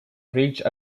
ridge